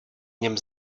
něm